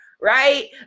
right